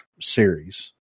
series